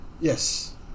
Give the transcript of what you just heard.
Yes